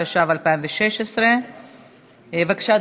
התשע"ו 2016. בבקשה,